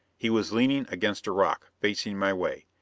he was leaning against a rock, facing my way.